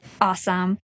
Awesome